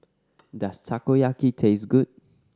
does Takoyaki taste good